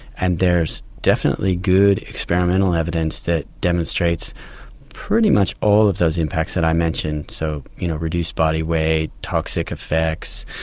and there's definitely good experimental evidence that demonstrates pretty much all of those impacts that i mentioned, so you know reduced body weight, toxic effects,